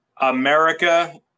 America